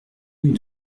rue